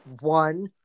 one